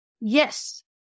Yes